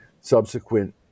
subsequent